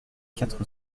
quatre